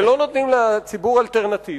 ולא נותנים לציבור אלטרנטיביות,